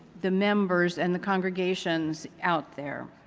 the members and the congregations out there.